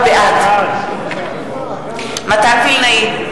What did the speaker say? בעד מתן וילנאי,